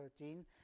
13